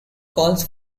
calls